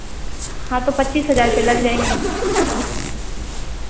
हाँ तो पच्चीस हज़ार रुपये लग जाएँगे